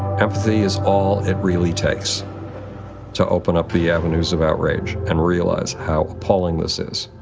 empathy is all it really takes to open up the avenues of outrage and realize how appalling this is.